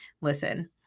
listen